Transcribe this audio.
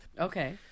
Okay